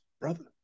brother